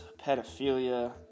pedophilia